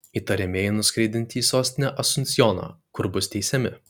įtariamieji nuskraidinti į sostinę asunsjoną kur bus teisiami